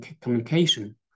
communication